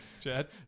Chad